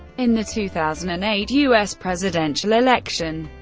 in the two thousand and eight u s. presidential election,